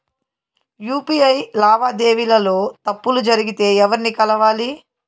UPI లావాదేవీల లో తప్పులు జరిగితే ఎవర్ని కలవాలి?